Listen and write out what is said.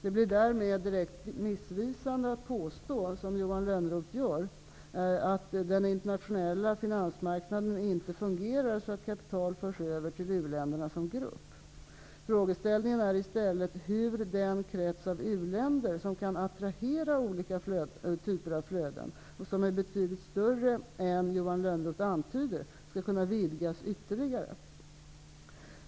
Det blir därmed direkt missvisande att påstå, som Johan Lönnroth gör, att den internationella finansmarknaden inte fungerar så att kapital förs över till u-länderna som grupp. Frågeställningen är i stället hur den krets av u-länder som kan attrahera olika typer av flöden, och som är betydligt större än Johan Lönnroth antyder, skall kunna vidgas ytterligare.